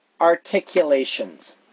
articulations